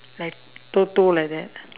like toto like that